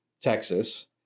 Texas